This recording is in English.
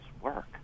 work